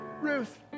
Ruth